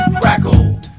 Crackle